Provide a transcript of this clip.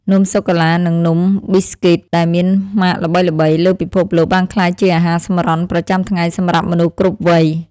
នំសូកូឡានិងនំប៊ីស្គីតដែលមានម៉ាកល្បីៗលើពិភពលោកបានក្លាយជាអាហារសម្រន់ប្រចាំថ្ងៃសម្រាប់មនុស្សគ្រប់វ័យ។